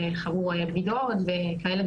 גם זה אני לא בטוחה, אני לא חושבת שצריך.